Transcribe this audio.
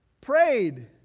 prayed